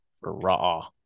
Raw